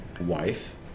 wife